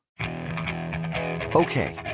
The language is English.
Okay